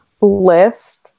list